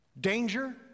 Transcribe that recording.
danger